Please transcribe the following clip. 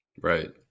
Right